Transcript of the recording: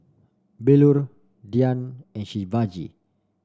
Bellur Dhyan and Shivaji